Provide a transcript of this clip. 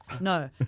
No